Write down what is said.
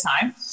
time